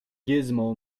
gizmo